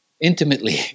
intimately